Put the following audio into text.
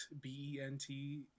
b-e-n-t